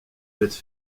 bêtes